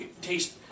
taste